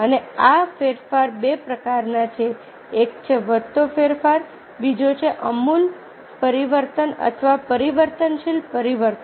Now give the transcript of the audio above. અને આ ફેરફારો બે પ્રકારના છે એક છે વધતો ફેરફાર બીજો છે આમૂલ પરિવર્તન અથવા પરિવર્તનશીલ પરિવર્તન